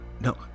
no